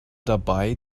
dabei